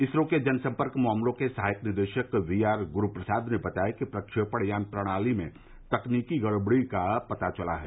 इसरो के जनसम्पर्क मामलों के सहायक निदेशक वीआर गुरूप्रसाद ने बताया कि प्रेक्षापण यान प्रणाली में तकनीकी गडबड़ी का पता चला है